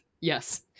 yes